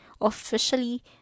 officially